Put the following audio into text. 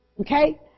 Okay